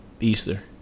Easter